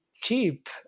cheap